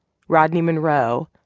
rodney monroe,